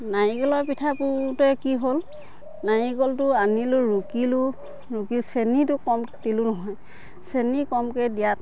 নাৰিকলৰ পিঠা পুৰোঁতে কি হ'ল নাৰিকলটো আনিলোঁ ৰুকিলোঁ ৰুকি চেনীটো কম দিলোঁ নহয় চেনী কমকৈ দিয়াত